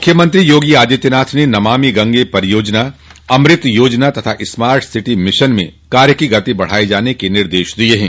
मुख्यमंत्री योगी आदित्यनाथ ने नमामि गंगे परियोजना अमृत योजना तथा स्मार्ट सिटी मिशन में कार्य की गति बढ़ाए जाने के निर्देश दिए हैं